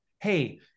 hey